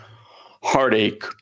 heartache